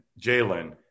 Jalen